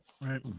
Right